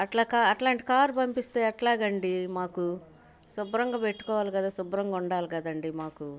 అట్లాంటి కార్ పంపిస్తే ఎట్లా అండీ మాకు శుభ్రంగా పెట్టుకోవాలి కదా శుభ్రంగా ఉండాలి కదండీ మాకు